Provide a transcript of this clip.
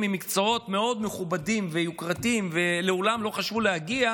עם מקצועות מאוד מכובדים ויוקרתיים ולעולם לא חשבו להגיע,